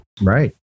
Right